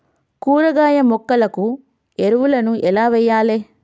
కూరగాయ మొక్కలకు ఎరువులను ఎలా వెయ్యాలే?